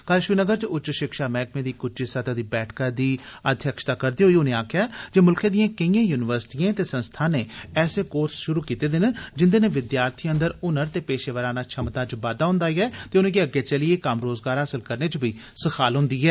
कल श्रीनगर च उच्च शिक्षा मैहकमे दी इक उच्ची सतह दी बैठका दी अध्यक्षता करदे होई उनें आक्खेया जे मुल्खै दियें केंइयें युनिवर्सिटियें ते संस्थानें ऐसे कोर्स शुरु कीते गेदे न जिन्दे नै विद्यार्थियें अंदर हनर ते पेशेवराना क्षमता दा बाद्दा होन्दा ऐ ते उनेंगी अग्गे चलियै कम्म रोजगार हासल करने च बी सखाल होन्दी ऐ